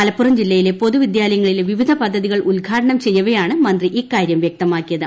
മലപ്പുറം ജില്ലയിലെ പൊതുവിദ്യാലയങ്ങളിലെ വിപിധ പദ്ധതികൾ ഉദ്ഘാടനംചെയ്യവെയാണ് മന്ത്രി ഇക്കാര്യം വ്യക്തമാക്കിയത്